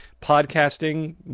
podcasting